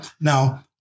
Now